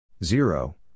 Zero